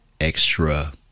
extra